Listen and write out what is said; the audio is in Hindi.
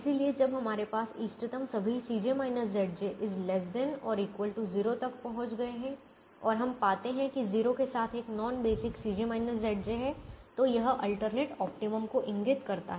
इसलिए जब हमारे पास इष्टतम सभी ≤ 0 तक पहुंच गए है और तब हम पाते हैं कि 0 के साथ एक नॉन बेसिक है तो यह अल्टरनेट ऑप्टिमम को इंगित करता है